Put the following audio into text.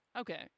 Okay